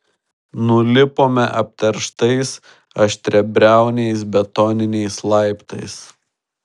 nulipome apterštais aštriabriauniais betoniniais laiptais